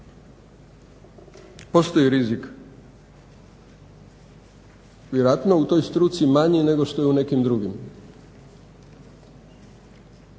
postoji rizik, vjerojatno u toj struci manji nego što je u nekim drugim.